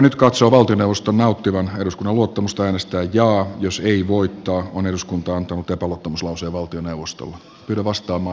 eduskunta katsoo kataisen hallituksen kasvattavan suomen riskejä euroalueen kriisinhoidossa ja toteaa että hallitus ei nauti eduskunnan luottamusta